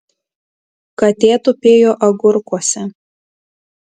katė tupėjo agurkuose